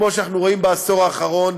כמו שאנחנו רואים בעשור האחרון,